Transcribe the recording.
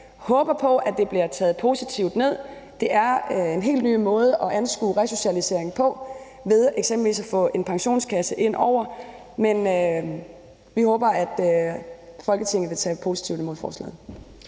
håber på, at det bliver taget positivt ned. Det er en helt ny måde at anskue resocialisering på, altså ved eksempelvis at få en pensionskasse ind over. Vi håber, at Folketinget vil tage positivt imod forslaget.